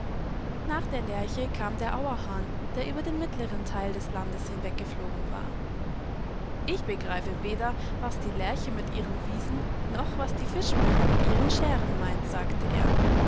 nach der lerche kam der auerhahn der über den mittleren teil des landes hinweggeflogenwar ich begreife weder was die lerche mit ihren wiesen noch was die fischmöwemitihrenschärenmeint sagteer